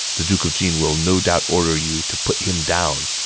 the duke of jin will no doubt order you to put him down.